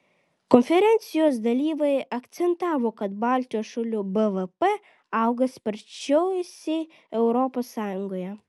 konferencijos dalyviai akcentavo kad baltijos šalių bvp auga sparčiausiai europos sąjungoje